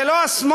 זה לא השמאל,